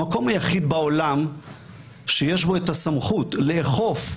המקום היחיד בעולם שיש בו את הסמכות לאכוף,